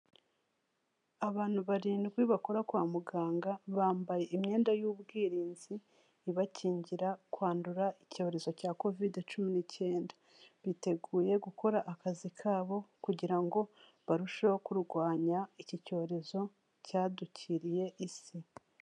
Abantu barindwi bakora kwa muganga, bambaye imyenda y'ubwirinzi ibakingira kwandura icyorezo cya Kovide cumi n'icyenda, biteguye gukora akazi kabo kugira ngo barusheho kurwanya iki cyorezo cyadukiriye Isi.